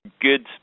good